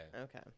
Okay